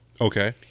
Okay